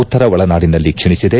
ಉತ್ತರ ಒಳನಾಡಿನಲ್ಲಿ ಕ್ಷೀಣಿಸಿದೆ